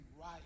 right